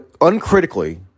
uncritically